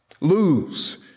Lose